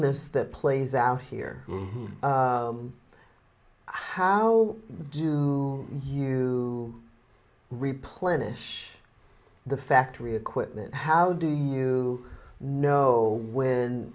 miss that plays out here how do you replenish the factory equipment how do you know when